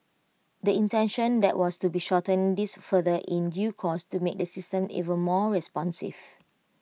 the intention that was to shorten this further in due course to make the system even more responsive